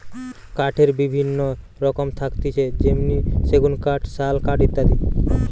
কাঠের বিভিন্ন রকম থাকতিছে যেমনি সেগুন কাঠ, শাল কাঠ ইত্যাদি